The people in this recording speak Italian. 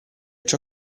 ciò